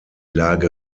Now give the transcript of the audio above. lage